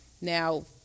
Now